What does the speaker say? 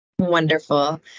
Wonderful